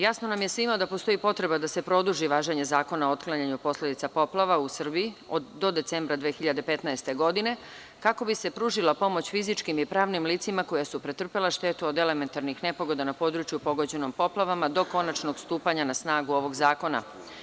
Jasno nam je svima da postoji potreba da se produži važenje Zakona o otklanjanju posledica poplava u Srbiji do decembra 2015. godine, kako bi se pružila pomoć fizičkim i pravnim licima koja su pretrpela štetu od elementarnih nepogoda na području pogođenom poplavama do konačnog stupanja na snagu ovog zakona.